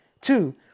two